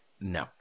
No